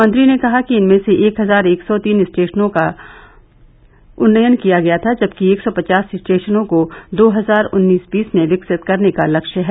मंत्री ने कहा कि इनमें से एक हजार एक सौ तीन स्टेशनों का उन्नयन किया गया था जबकि एक सौ पचास स्टेशनों को दो हजार उन्नीस बीस में विकसित करने का लक्ष्य है